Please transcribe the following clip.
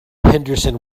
henderson